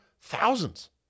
thousands